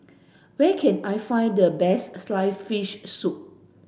where can I find the best sliced fish soup